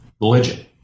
religion